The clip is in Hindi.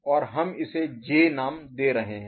और हम इसे जे नाम दे रहे हैं